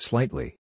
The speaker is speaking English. Slightly